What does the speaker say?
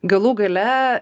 galų gale